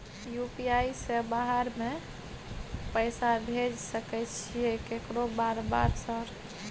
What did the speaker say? UPI से बाहर में पैसा भेज सकय छीयै केकरो बार बार सर?